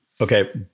Okay